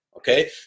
Okay